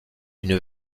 une